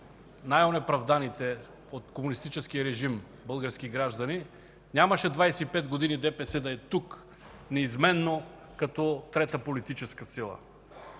най-онеправданите от комунистическия режим български граждани, ДПС нямаше 25 години да е тук неизменно, като трета политическа сила.